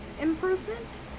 improvement